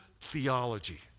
theology